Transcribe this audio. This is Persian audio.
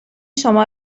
شما